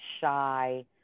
shy